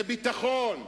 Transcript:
בביטחון,